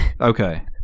Okay